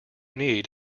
need